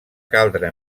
caldre